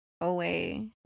away